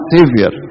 Savior